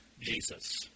Jesus